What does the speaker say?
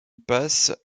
passe